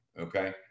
okay